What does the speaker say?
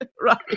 Right